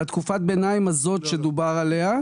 על תקופת הביניים הזאת שדובר עליה,